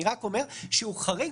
אני רק אומר שהוא חריג.